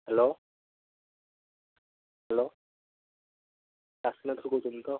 hello hello କାଶୀନାଥରୁ କହୁଛନ୍ତି ତ